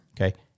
Okay